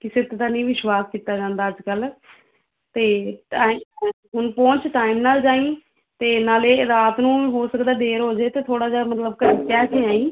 ਕਿਸੇ ਤੇ ਤਾਂ ਨਹੀਂ ਵਿਸ਼ਵਾਸ ਕੀਤਾ ਜਾਂਦਾ ਅੱਜ ਕੱਲ ਤੇ ਹੁਣ ਪਹੁੰਚ ਟਾਈਮ ਨਾਲ ਜਾਈ ਤੇ ਨਾਲੇ ਰਾਤ ਨੂੰ ਹੋ ਸਕਦਾ ਦੇਰ ਹੋ ਜੇ ਤੇ ਥੋੜਾ ਜਿਹਾ ਮਤਲਬ ਘਰੇ ਕਹਿ ਕੇ ਆਈ